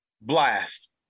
blast